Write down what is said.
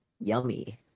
Yummy